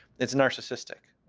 it's narcissistic.